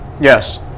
Yes